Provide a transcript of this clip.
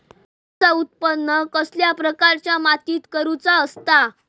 नारळाचा उत्त्पन कसल्या प्रकारच्या मातीत करूचा असता?